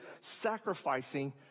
sacrificing